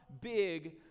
big